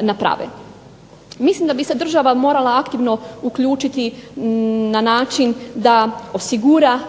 naprave. Mislim da bi se država mola aktivno uključiti na način da osigura